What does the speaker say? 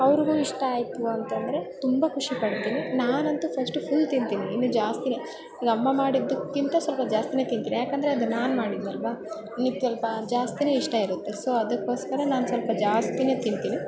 ಅವ್ರಿಗು ಇಷ್ಟ ಆಯಿತು ಅಂತಂದರೆ ತುಂಬ ಖುಷಿ ಪಡ್ತೀನಿ ನಾನಂತು ಫಸ್ಟು ಫುಲ್ ತಿಂತೀನಿ ಇನ್ನು ಜಾಸ್ತಿ ಈಗ ಅಮ್ಮ ಮಾಡಿದ್ದಕ್ಕಿಂತ ಸ್ವಲ್ಪ ಜಾಸ್ತಿ ತಿಂತಿನಿ ಯಾಕಂದರೆ ಅದು ನಾನು ಮಾಡಿದ್ದು ಅಲ್ವ ನನಗ್ ಸ್ವಲ್ಪ ಜಾಸ್ತಿ ಇಷ್ಟ ಇರುತ್ತೆ ಸೊ ಅದಕ್ಕೋಸ್ಕರ ನಾನು ಸ್ವಲ್ಪ ಜಾಸ್ತಿ ತಿಂತೀನಿ